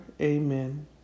Amen